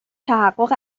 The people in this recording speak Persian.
تحقق